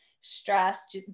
stress